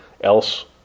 else